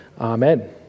Amen